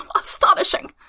Astonishing